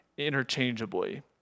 interchangeably